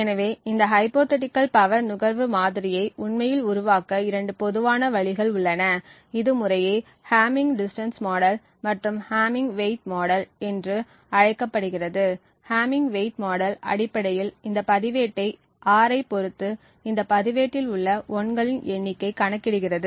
எனவே இந்த ஹைப்போதீட்டிகள் பவர் நுகர்வு மாதிரியை உண்மையில் உருவாக்க இரண்டு பொதுவான வழிகள் உள்ளன இது முறையே ஹேமிங் டிஸ்டன்ஸ் மாடல் மற்றும் ஹேமிங் வெயிட் மாடல் என்று அழைக்கப்படுகிறது ஹேமிங் வெயிட் மாடல் அடிப்படையில் இந்த பதிவேட்டை R ஐப் பார்த்து இந்த பதிவேட்டில் உள்ள 1 களின் எண்ணிக்கை கணக்கிடுகிறது